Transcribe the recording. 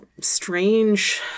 strange